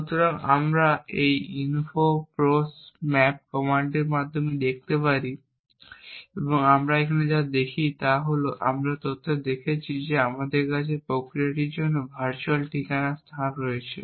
সুতরাং আমরা এই info proc map কমান্ডের মাধ্যমে এটি দেখতে পারি এবং আমরা এখানে যা দেখি তা হল আমরা তত্ত্বে দেখেছি যে আমাদের কাছে এই প্রক্রিয়াটির জন্য ভার্চুয়াল ঠিকানার স্থান রয়েছে